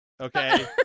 okay